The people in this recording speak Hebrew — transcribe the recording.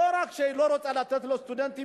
לא רק שהיא לא רוצה לתת לסטודנטים,